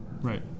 Right